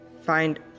find